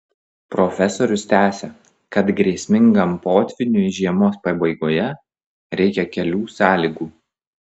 profesorius tęsia kad grėsmingam potvyniui žiemos pabaigoje reikia kelių sąlygų